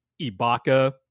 Ibaka